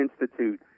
Institute